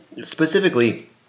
specifically